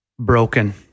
Broken